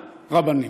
רבנים.